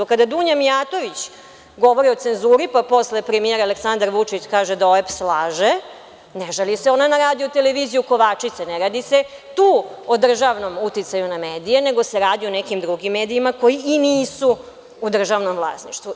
Kada Dunja Mijatović govori o cenzuri, pa posle premijer Aleksandar Vučić kaže da OEBS laže, ne žali se ona na Radio televiziju Kovačica, ne radi se tu o državnom uticaju na medije nego se radi o nekim drugim medijima koji i nisu u državnom vlasništvu.